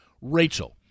Rachel